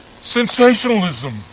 Sensationalism